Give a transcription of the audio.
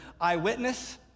eyewitness